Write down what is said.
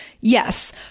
Yes